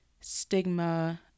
stigma